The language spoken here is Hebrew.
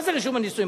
מה זה רישום נישואים?